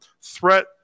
threat